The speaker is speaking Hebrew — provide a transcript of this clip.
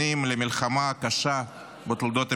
האחרונים למלחמה הקשה בתולדות המדינה,